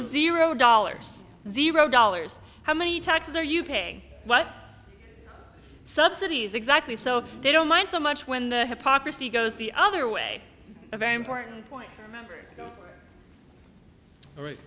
zero dollars zero dollars how many taxes are you paying what subsidies exactly so they don't mind so much when the hypocrisy goes the other way a very important point all right